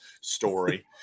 story